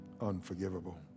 unforgivable